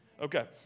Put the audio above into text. Okay